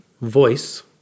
voice